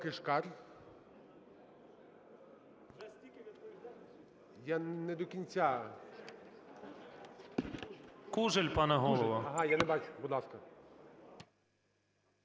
Кужель, пане Голово.